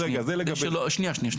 אדוני, שנייה, שנייה.